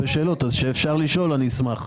שאלות אז כשאפשר יהיה לשאול אני אשמח לשאול.